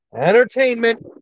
entertainment